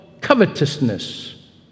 covetousness